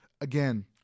again